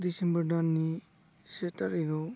December दाननि से थारिकआव